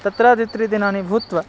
तत्र द्वित्रिदिनानि भूत्वा